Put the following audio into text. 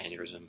aneurysm